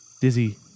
Dizzy